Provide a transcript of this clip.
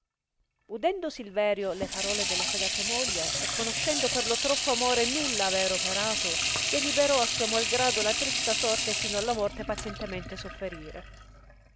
udendo silverio le parole della sagace moglie e conoscendo per lo troppo amore nulla aver operato deliberò a suo mal grado la trista sorte sino alla morte pazientemente sofferire